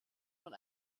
von